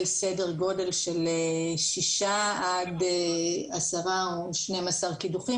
סדר גודל של שישה עד עשרה או 12 קידוחים,